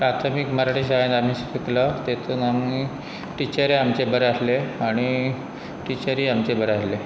प्राथमीक मराठी शाळेन आमी शिकलो तेतून आमी टिचर आमचें बरें आसले आनी टिचरीय आमचें बरें आसलें